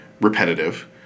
repetitive